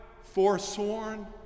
forsworn